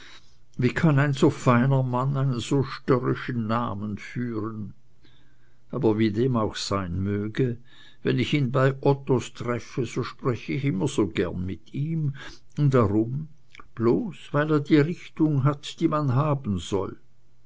wie kann ein so feiner mann einen so störrischen namen führen aber wie dem auch sein möge wenn ich ihn bei ottos treffe so spreche ich immer so gern mit ihm und warum bloß weil er die richtung hat die man haben soll